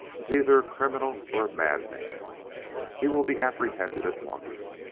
is either a criminal or a madman he will be apprehended at once.